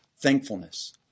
Thankfulness